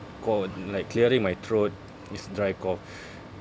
cough like clearing my throat it's dry cough